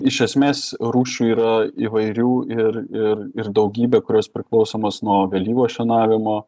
iš esmės rūšių yra įvairių ir ir ir daugybė kurios priklausomos nuo vėlyvo šienavimo